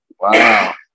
Wow